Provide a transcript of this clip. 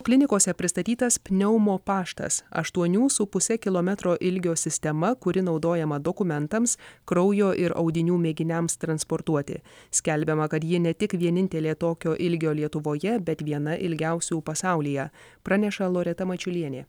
klinikose pristatytas pneumo paštas aštuonių su puse kilometro ilgio sistema kuri naudojama dokumentams kraujo ir audinių mėginiams transportuoti skelbiama kad ji ne tik vienintelė tokio ilgio lietuvoje bet viena ilgiausių pasaulyje praneša loreta mačiulienė